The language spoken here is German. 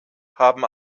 haben